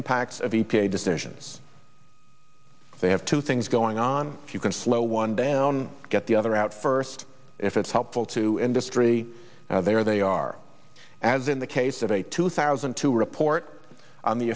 impacts of e p a decisions they have two things going on if you can slow one down get the other out first if it's helpful to industry now there they are as in the case of a two thousand and two report on the